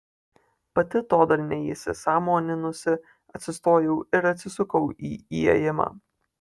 pati to dar neįsisąmoninusi atsistojau ir atsisukau į įėjimą